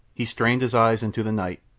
he strained his eyes into the night.